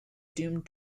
doomed